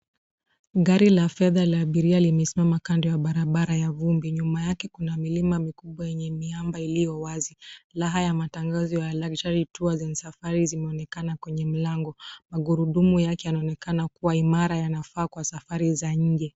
Gari la fedha la abiria limesimama kando ya barabara ya vumbi. Nyuma yake kuna milima mikubwa yenye miamba iliyo wazi. Laha ya matangazo ya Luxury Tours and Safaris imeonekana kwenye mlango. Magurudumu yake yanaonekana kuwa imara yanafaa kwa safari za nje.